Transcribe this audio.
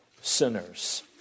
sinners